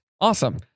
Awesome